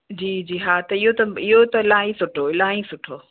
जी जी हा त इहो त इहो त इलाही सुठो इलाही सुठो